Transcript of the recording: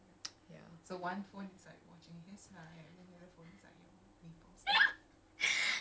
so I'm like I need to be able to do both at once ya